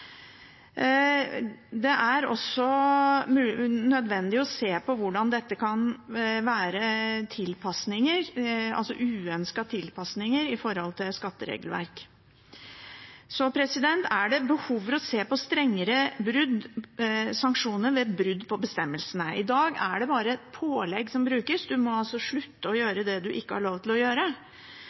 Det er også nødvendig å se på hvordan dette kan være uønskede tilpasninger til skatteregelverket. Det er også behov for å se på strengere sanksjoner ved brudd på bestemmelsene. I dag er det bare pålegg som brukes – en må slutte å gjøre det en ikke har lov til å gjøre